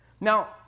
Now